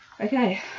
okay